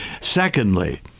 Secondly